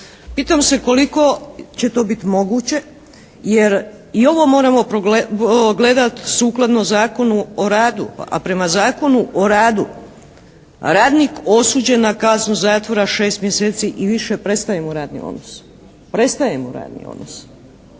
Pitam se koliko će to biti moguće. Jer i ovo moramo gledati sukladno Zakonu o radu. A prema Zakonu o radu radnik osuđen na kaznu zatvora 6 mjeseci i više prestaje mu radni odnos, prestaje mu radni odnos.